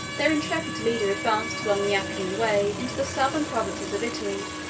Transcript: their intrepid leader advanced along the appian way into the southern provinces of italy,